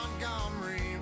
Montgomery